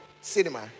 cinema